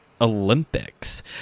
Olympics